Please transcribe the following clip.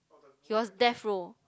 he was death row